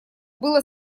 было